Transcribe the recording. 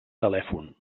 telèfon